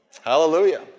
Hallelujah